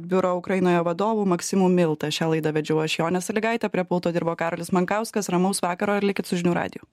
biuro ukrainoje vadovu maksimu milta šią laidą vedžiau aš jonė salygaitė prie pulto dirbo karolis mankauskas ramaus vakaro ir likit su žinių radiju